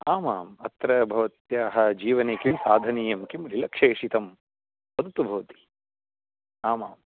आमाम् अत्र भवत्याः जीवने किं साधनीयं किं रिलक्शेशितं वदतु भवती आमाम्